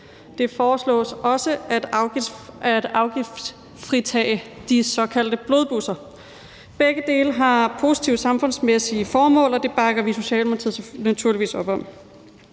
Det foreslås også at afgiftsfritage de såkaldte blodbusser. Begge dele har positive samfundsmæssige formål, og det bakker vi naturligvis op om